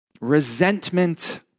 resentment